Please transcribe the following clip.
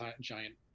giant